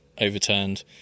overturned